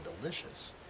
delicious